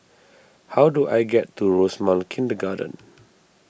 how do I get to Rosemount Kindergarten